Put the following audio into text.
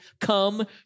come